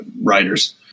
writers